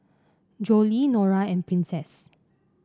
Jolie Norah and Princess